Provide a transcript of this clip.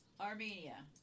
Armenia